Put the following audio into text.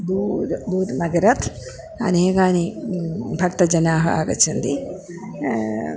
दूर दूरनगरात् अनेकानि भक्तजनाः आगच्छन्तिः